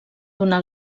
donar